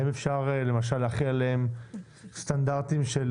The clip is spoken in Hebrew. האם אפשר למשל להחיל עליהם סטנדרטים של